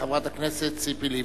חברת הכנסת ציפי לבני.